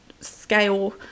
scale